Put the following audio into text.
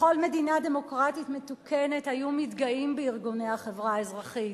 בכל מדינה דמוקרטית מתוקנת היו מתגאים בארגוני החברה האזרחית.